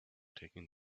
taking